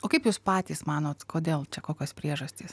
o kaip jūs patys manot kodėl čia kokios priežastys